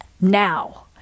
now